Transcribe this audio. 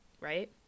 right